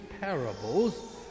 parables